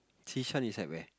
Xishan is at where